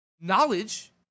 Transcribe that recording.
knowledge